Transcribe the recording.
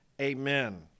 Amen